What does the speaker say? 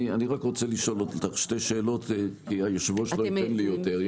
אני רוצה לשאול אותך שתי שאלות כי היושב-ראש לא ייתן לי יותר.